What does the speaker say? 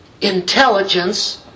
intelligence